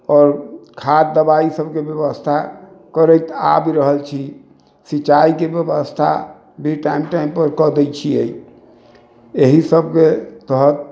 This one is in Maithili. आओर खाद दवा इसभके व्यवस्था करैत आबि रहल छी सिंचाइके व्यवस्था भी टाइम टाइम पर कय दै छियै एहि सभके तहत